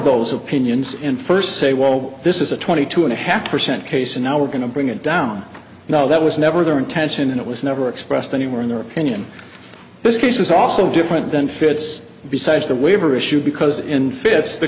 those opinions in first say well this is a twenty two and a half percent case and now we're going to bring it down now that was never their intention and it was never expressed anywhere in their opinion this case is also different than fitz besides the waiver issue because in fits the